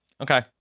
Okay